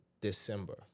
December